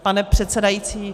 Pane předsedající?